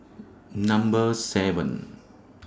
Number seven